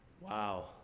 wow